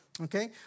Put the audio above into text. Okay